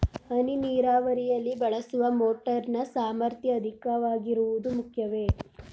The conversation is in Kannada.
ಹನಿ ನೀರಾವರಿಯಲ್ಲಿ ಬಳಸುವ ಮೋಟಾರ್ ನ ಸಾಮರ್ಥ್ಯ ಅಧಿಕವಾಗಿರುವುದು ಮುಖ್ಯವೇ?